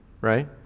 right